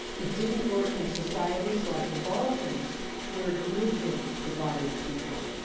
it didn't work in societies like the balkans where religion divided people.